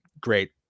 Great